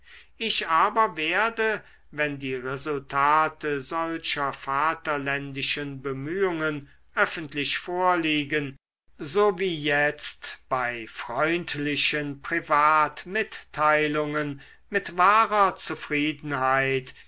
ich aber werde wenn die resultate solcher vaterländischen bemühungen öffentlich vorliegen so wie jetzt bei freundlichen privatmitteilungen mit wahrer zufriedenheit